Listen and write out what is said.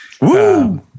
Woo